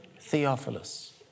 Theophilus